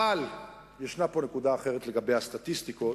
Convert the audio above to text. אבל ישנה פה נקודה אחרת לגבי הסטטיסטיקות,